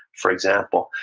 for example.